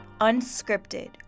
unscripted